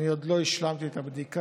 אני עוד לא השלמתי את הבדיקה.